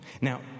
Now